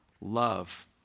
love